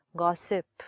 gossip